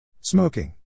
Smoking